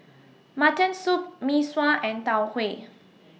Mutton Soup Mee Sua and Tau Huay